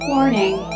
Warning